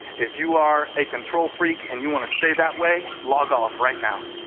if you are a control freak and you want to stay that way, log off right now.